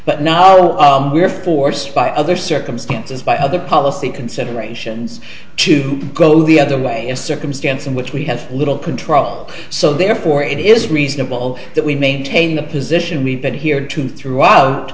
but now we are forced by other circumstances by other policy considerations to go the other way a circumstance in which we have little control so therefore it is reasonable that we maintain the position we have here to throughout